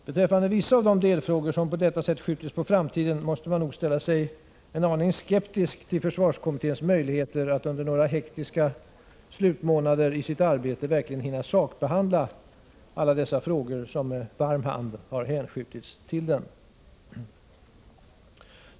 Beträffande vissa av de delfrågor som på detta sätt skjutits på framtiden måste man nog ställa sig en aning skeptisk till försvarskommitténs möjligheter att under några hektiska slutmånader i sitt arbete verkligen hinna sakbehandla alla de frågor som med varm hand hänskjutits till den.